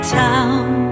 town